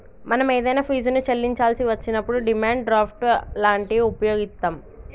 మనం ఏదైనా ఫీజుని చెల్లించాల్సి వచ్చినప్పుడు డిమాండ్ డ్రాఫ్ట్ లాంటివి వుపయోగిత్తాం